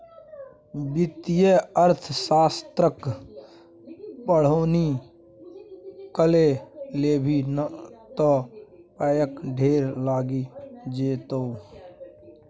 वित्तीय अर्थशास्त्रक पढ़ौनी कए लेभी त पायक ढेर लागि जेतौ